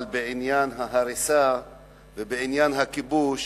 אבל בעניין ההריסה ובעניין הכיבוש